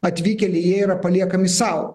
atvykėliai jie yra paliekami sau